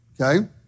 okay